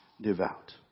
devout